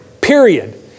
period